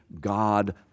God